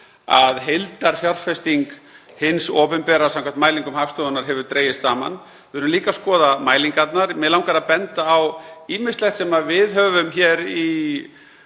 að heildarfjárfesting hins opinbera, samkvæmt mælingum Hagstofunnar, hefur dregist saman. Við verðum líka að skoða mælingarnar. Mig langar að benda á ýmislegt sem við hér í